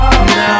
Now